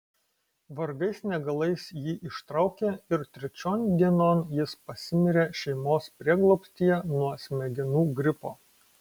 vargais negalais jį ištraukė ir trečion dienon jis pasimirė šeimos prieglobstyje nuo smegenų gripo